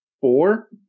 four